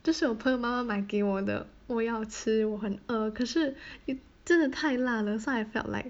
这是我朋友妈妈买给我的我要吃我很饿可是真的太辣了 so I felt like